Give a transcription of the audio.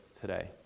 today